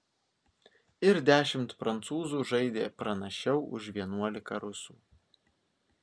ir dešimt prancūzų žaidė pranašiau už vienuolika rusų